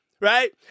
Right